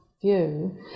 view